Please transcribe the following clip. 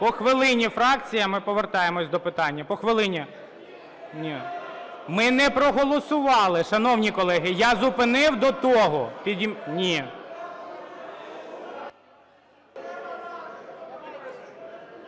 По хвилині фракціям - і повертаємося до питання. По хвилині. Ми не проголосували, шановні колеги, я зупинив до того. Ні.